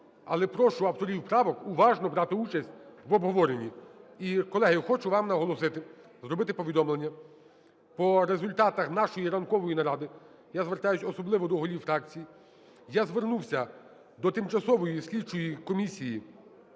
Але прошу авторів правок уважно брати участь в обговоренні. І, колеги, хочу вам наголосити, зробити повідомлення. По результатах нашої ранкової наради, я звертаюся особливо до голів фракцій, я звернувся до Тимчасової слідчої комісії